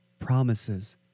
promises